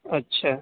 اچھا